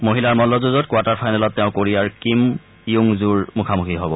মহিলাৰ মল্লযুঁজত কোৱাৰ্টাৰ ফাইনেলত তেওঁ কোৰিয়াৰ কিম য়ুং জুৰ মুখামুখি হ'ব